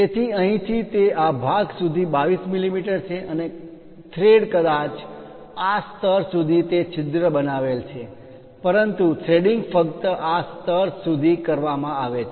તેથી અહીંથી તે આ ભાગ સુધી 22 મીમી છે અને થ્રેડ કદાચ આ સ્તર સુધી તે છિદ્ર બનાવેલ છે પરંતુ થ્રેડીંગ ફક્ત આ સ્તર સુધી કરવામાં આવે છે